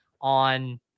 on